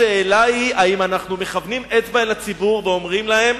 השאלה היא אם אנחנו מכוונים אצבע אל הציבור ואומרים להם: